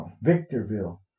Victorville